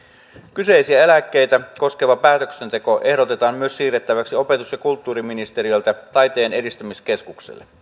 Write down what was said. kyseisiä eläkkeitä koskeva päätöksenteko ehdotetaan myös siirrettäväksi opetus ja kulttuuriministeriöltä taiteen edistämiskeskukselle kuten